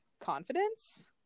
confidence